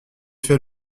fait